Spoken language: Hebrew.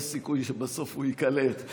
יש סיכוי שבסוף הוא ייקלט.